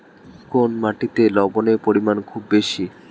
কোন মাটিতে লবণের পরিমাণ খুব বেশি?